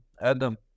adam